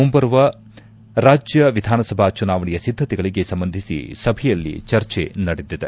ಮುಂಬರುವ ರಾಜ್ಲವಿಧಾನಸಭಾ ಚುನಾವಣೆಯ ಸಿದ್ದತೆಗಳಿಗೆ ಸಂಬಂಧಿಸಿ ಸಭೆಯಲ್ಲಿ ಚರ್ಚೆ ನಡೆದಿದೆ